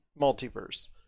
Multiverse